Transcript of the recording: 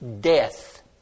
death